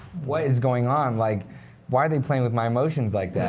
what is going on? like why are they playing with my emotions like